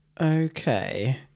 Okay